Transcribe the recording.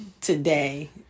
today